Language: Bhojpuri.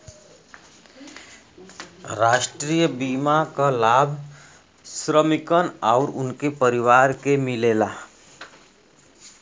राष्ट्रीय बीमा क लाभ श्रमिकन आउर उनके परिवार के मिलेला